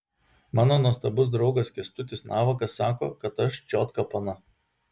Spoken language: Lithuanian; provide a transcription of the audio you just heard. mano nuostabus draugas kęstutis navakas sako kad aš čiotka pana